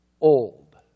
old